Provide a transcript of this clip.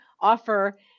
offer –